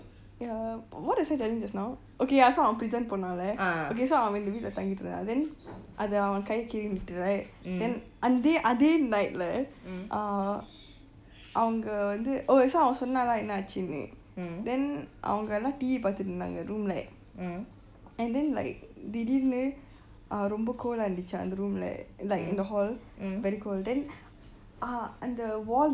ya what was I telling just now okay ya so அவன்:avan prison போனான்:poonaan okay so அவன் வீட்ல தங்கிட்டு இருந்தான்:avan veetla tangitirunthaan then அது அவன் கை கீறிவிட்டு:atu avan kay keerivitu right then அதே:athe night leh uh அவங்கள் வந்து:avanga vantu oh so அவன் சொன்னான்:avan chonaan lah என்ன ஆச்சு:enna aachunu then அவங்க எல்லாம்:avanga ellam T_V பார்த்துட்டு இருந்தாங்க:paathutu irunthaanga room ல:le and then like திடீரென்று:theedeernu ah ரொம்ப:romba cold ஆ இருந்துச்சு அந்த:a irunthucha anta room like in the hall very cold then ah